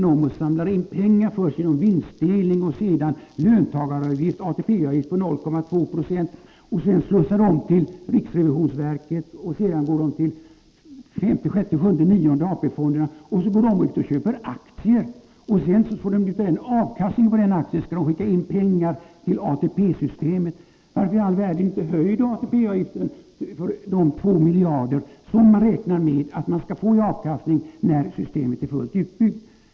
Först samlar man in pengar genom vinstdelning och en ATP-avgift på 0,2 Zo. Sedan slussar man dem till riksförsäkringsverket, och så går de till femte, sjätte, sjunde, åttonde och nionde AP-fonderna. De köper därefter aktier, och avkastningen på dessa aktier skall skickas in till ATP-systemet. Varför i all världen inte höja ATP-avgiften för att få de 2 miljarder som man räknar med i avkastning när systemet är fullt utbyggt?